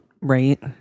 Right